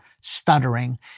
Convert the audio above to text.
stuttering